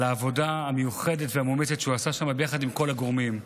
העבודה המיוחדת והמאומצת שהוא עשה שם יחד עם כל הגורמים: